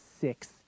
six